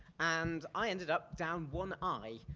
and i ended up down one eye,